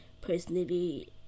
personally